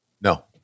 No